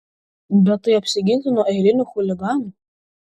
bet tai apsiginti nuo eilinių chuliganų